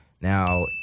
Now